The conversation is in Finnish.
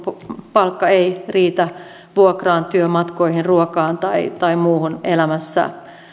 palkka ei riitä vuokraan työmatkoihin ruokaan tai tai muuhun elämässä